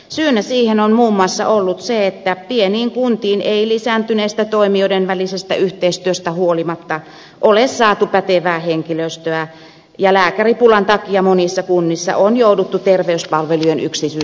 syynä siihen on muun muassa ollut se että pieniin kuntiin ei lisääntyneestä toimijoiden välisestä yhteistyöstä huolimatta ole saatu pätevää henkilöstöä ja lääkäripulan takia monissa kunnissa on jouduttu terveyspalvelujen yksityistämisen tielle